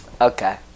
Okay